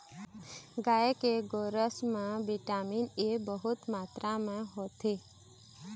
गाय के गोरस म बिटामिन ए बहुत मातरा म होथे